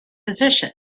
position